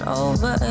over